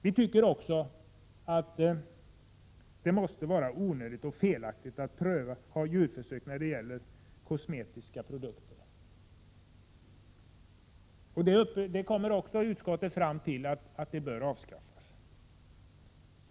Vi tycker också att det måste vara onödigt och felaktigt att anordna försök för att pröva kosmetiska produkter. Även utskottet kommer fram till att sådana djurförsök skall avskaffas.